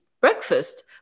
breakfast